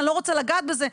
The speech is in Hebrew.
אני לא רוצה לגעת בזה.